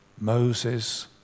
Moses